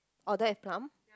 oh don't have plum